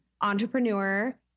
entrepreneur